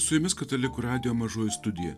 su jumis katalikų radijo mažoji studija